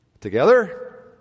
Together